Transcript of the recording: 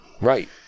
Right